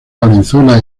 valenzuela